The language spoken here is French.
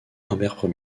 humbert